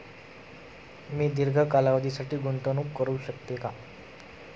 मी दीर्घ कालावधीसाठी गुंतवणूक करू शकते का?